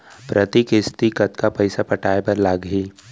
प्रति किस्ती कतका पइसा पटाये बर लागही?